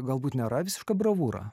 galbūt nėra visiška bravūra